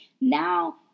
Now